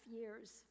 years